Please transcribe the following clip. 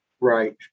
Right